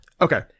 Okay